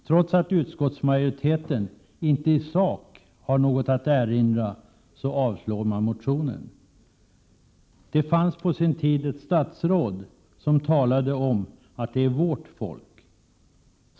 Trots att utskottsmajoriteten inte i sak har något att erinra så avstyrks motionen. Det fanns på sin tid ett statsråd som talade om att ”det är vårt folk”.